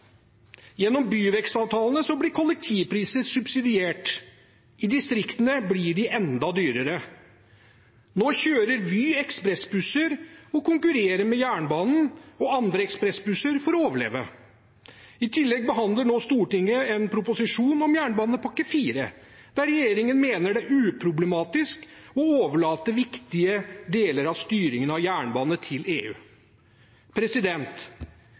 Gjennom byvekstavtalene blir kollektivpriser subsidiert. I distriktene blir de enda dyrere. Nå kjører Vy ekspressbusser og konkurrerer med jernbanen og andre ekspressbusser for å overleve. I tillegg behandler nå Stortinget en proposisjon om jernbanepakke IV, der regjeringen mener det er uproblematisk å overlate viktige deler av styringen av jernbane til EU.